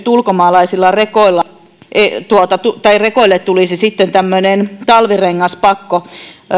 ulkomaalaisille rekoille tulisi sitten tämmöinen talvirengaspakko